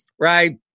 right